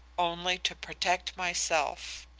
only to protect myself.